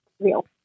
real